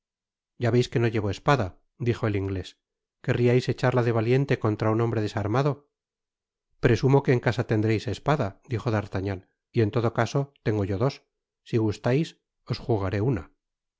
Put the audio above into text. ya veis que no llevo espada dijo el inglés querriais echarla de valiente contra un hombre desarmado presumo que en casa tendreis espada dijo d'artagnan y en todo caso tengo yo dos si gustais os jugaré una